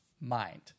mind